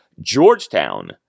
Georgetown